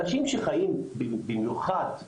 אנשים שחיים במיוחד בפריפריה,